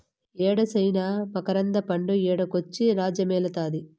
యేడ చైనా మకరంద పండు ఈడకొచ్చి రాజ్యమేలుతాంది